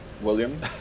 William